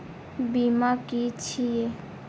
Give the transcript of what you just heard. बीमा की छी ये?